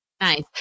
Nice